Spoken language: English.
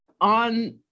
on